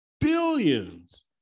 billions